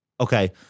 Okay